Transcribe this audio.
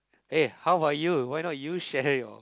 hey how about you why not you share your